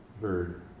bird